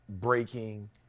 breaking